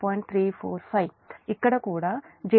345 ఇక్కడ కూడా j 0